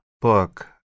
book